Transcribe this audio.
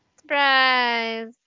Surprise